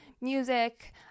music